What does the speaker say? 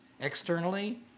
externally